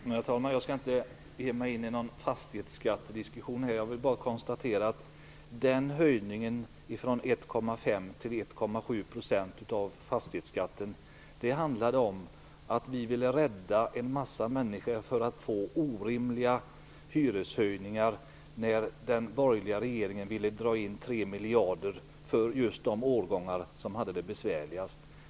Herr talman! Jag skall inte ge mig in i någon fastighetsskattediskussion här. Jag vill bara konstatera att vi beslutade om höjningen av fastighetsskatten från 1,5 till 1,7 % därför att vi ville rädda en massa människor från att få orimliga hyreshöjningar när den borgerliga regeringen ville dra in 3 miljarder för just de årgångar som hade det besvärligast.